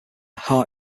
heart